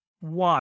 one